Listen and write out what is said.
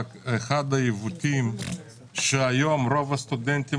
רק אחד העיוותים הם שהיום רוב הסטודנטים